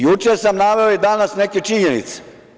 Juče sam naveo i danas neke činjenice.